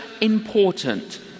important